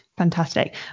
fantastic